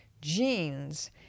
genes